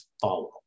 follow